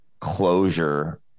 closure